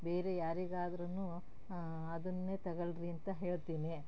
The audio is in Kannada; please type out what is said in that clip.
ಬೇರೆ ಯಾರಿಗಾದ್ರೂ ಅದನ್ನೇ ತಗಳ್ಳಿ ರೀ ಅಂತ ಹೇಳ್ತೀನಿ